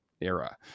era